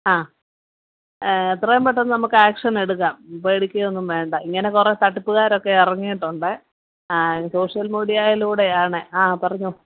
ആ എത്രയും പെട്ടന്ന് നമുക്ക് ആക്ഷൻ എടുക്കാം പേടിക്കുകയൊന്നും വേണ്ട ഇങ്ങനെ കുറെ തട്ടിപ്പുകാരൊക്കെ ഇറങ്ങിയിട്ടുണ്ട് ആ സോഷ്യൽ മീഡിയയിലൂടെയാണ് ആ പറഞ്ഞോളൂ